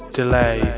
delay